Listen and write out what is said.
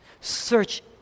search